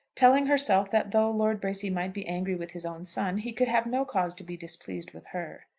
telling herself that though lord bracy might be angry with his own son, he could have no cause to be displeased with her.